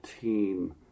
team